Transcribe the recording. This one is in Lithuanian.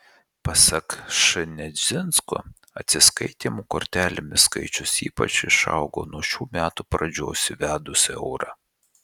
pasak š nedzinsko atsiskaitymų kortelėmis skaičius ypač išaugo nuo šių metų pradžios įvedus eurą